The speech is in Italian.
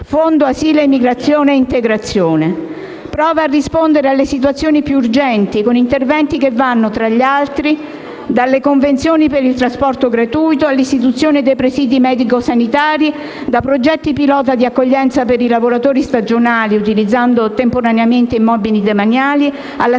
(Fondo asilo migrazione e integrazione) prova a rispondere alle situazioni più urgenti con interventi che vanno, tra gli altri, dalle convenzioni per il trasporto gratuito, all'istituzione dei presidi medico-sanitari, da progetti pilota di accoglienza per i lavoratori stagionali utilizzando temporaneamente immobili demaniali, alla